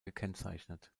gekennzeichnet